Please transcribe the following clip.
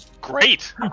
Great